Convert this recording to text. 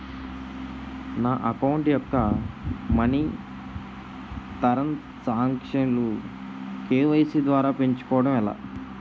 నా అకౌంట్ యెక్క money transaction లు కే.వై.సీ ద్వారా పెంచుకోవడం ఎలా?